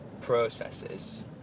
processes